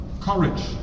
courage